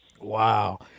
Wow